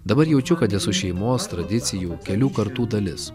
dabar jaučiu kad esu šeimos tradicijų kelių kartų dalis